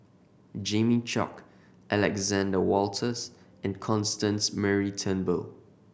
Jimmy Chok Alexander Wolters and Constance Mary Turnbull